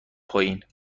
پایین